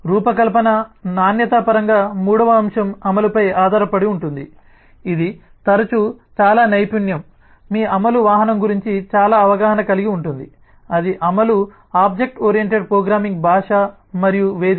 రూపకల్పన నాణ్యత పరంగా మూడవ అంశం అమలుపై ఆధారపడి ఉంటుంది ఇది తరచూ చాలా నైపుణ్యం మీ అమలు వాహనం గురించి చాలా అవగాహన కలిగి ఉంటుంది అది అమలు OOP భాష మరియు వేదిక